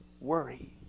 worry